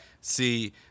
See